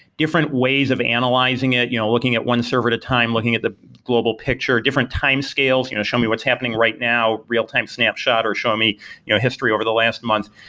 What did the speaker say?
different ways of analyzing it, you know looking at one server at a time, looking at the global picture, different timescales, you know show me what's happening right now. real-time snapshot, or show me you know history over the last month.